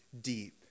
deep